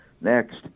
Next